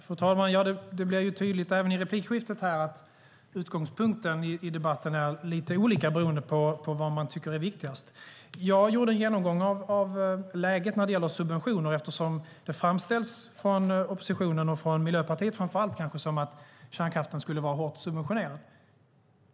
Fru talman! Det blev tydligt även i replikskiftet att utgångspunkterna i debatten är lite olika beroende på vad man tycker är viktigast. Jag gjorde en genomgång av läget när det gäller subventionerna eftersom det framställs från oppositionen, kanske framför allt från Miljöpartiet, som att kärnkraften skulle vara hårt subventionerad.